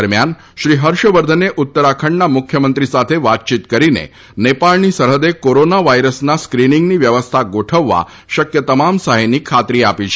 દરમિયાન શ્રી ફર્ષવર્ધને ઉતરાખંડના મુખ્યમંત્રી સાથે વાતચીત કરીને નેપાળની સરહદે કોરોના વાઇરસના સ્ક્રિનિંગની વ્યવસ્થા ગોઠવવા શકય તમામ સહાયની ખાતરી આપી હતી